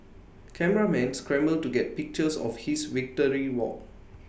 cameramen scramble to get pictures of his victory walk